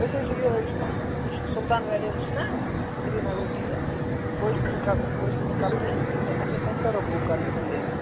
أسۍ حظ چھِ یہِ یہِ چھِناہ سُلطان ویرٲرٕس چھِناہ سریٖنگرُک ٹیٖم بہٕ حظ چھُس تِمن کیپٹن بہٕ حظ چھُس تِہُنٛد کپٹین تہٕ اَسہِ ٲسۍ اَتہِ ٹٕرٕپ بُک کَرِنۍ سَنٛڈے دۄہ